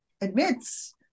admits